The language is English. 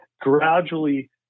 gradually